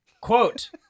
Quote